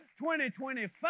2025